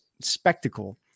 spectacle